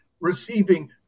receiving